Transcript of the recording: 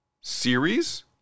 series